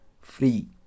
free